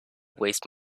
waste